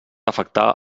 afectar